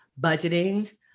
budgeting